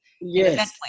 Yes